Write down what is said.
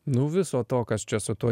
nuo viso to kas čia su tuo